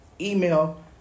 email